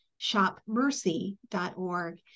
shopmercy.org